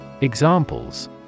Examples